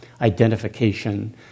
identification